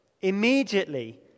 immediately